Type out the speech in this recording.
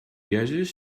gaseous